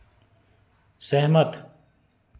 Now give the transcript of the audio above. सहमत